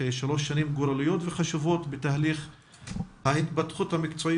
שלוש שנים גורליות וחשובות בתהליך ההתפתחות המקצועית